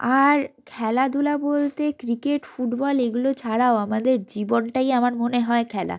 আর খেলাধুলা বলতে cricket football এগুলো ছাড়াও আমাদের জীবনটাই আমার মনে হয় খেলা